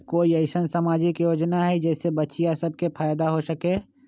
कोई अईसन सामाजिक योजना हई जे से बच्चियां सब के फायदा हो सके?